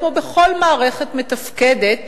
כמו בכל מערכת מתפקדת,